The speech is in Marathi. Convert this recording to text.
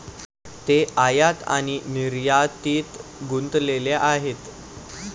ते आयात आणि निर्यातीत गुंतलेले आहेत